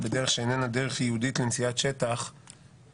נשמעו הצעות במליאה להעביר את זה גם לוועדת הפנים והגנת הסביבה.